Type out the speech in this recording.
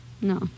No